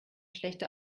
schlechte